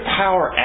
power